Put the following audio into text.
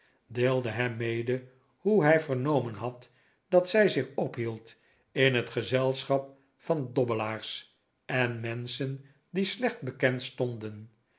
deelde hem mede hoe hij vernomen had dat zij zich ophield in het gezelschap van dobbelaars en menschen die slecht bekend stonden